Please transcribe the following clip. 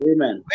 Amen